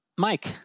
mike